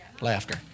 Laughter